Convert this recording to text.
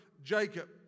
Jacob